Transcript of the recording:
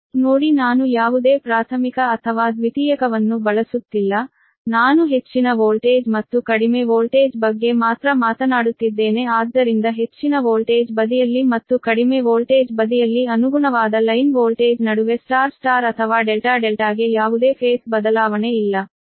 ನೋಡಿ ನಾನು ಯಾವುದೇ ಪ್ರಾಥಮಿಕ ಅಥವಾ ದ್ವಿತೀಯಕವನ್ನು ಬಳಸುತ್ತಿಲ್ಲ ನಾನು ಹೆಚ್ಚಿನ ವೋಲ್ಟೇಜ್ ಮತ್ತು ಕಡಿಮೆ ವೋಲ್ಟೇಜ್ ಬಗ್ಗೆ ಮಾತ್ರ ಮಾತನಾಡುತ್ತಿದ್ದೇನೆ ಆದ್ದರಿಂದ ಹೆಚ್ಚಿನ ವೋಲ್ಟೇಜ್ ಬದಿಯಲ್ಲಿ ಮತ್ತು ಕಡಿಮೆ ವೋಲ್ಟೇಜ್ ಬದಿಯಲ್ಲಿ ಅನುಗುಣವಾದ ಲೈನ್ ವೋಲ್ಟೇಜ್ ನಡುವೆ ಸ್ಟಾರ್ ಸ್ಟಾರ್ ಅಥವಾ ಡೆಲ್ಟಾ ಡೆಲ್ಟಾಗೆ ಯಾವುದೇ ಫೇಸ್ ಬದಲಾವಣೆ ಇಲ್ಲ